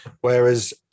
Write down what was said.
Whereas